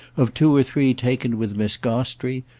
of two or three taken with miss gostrey,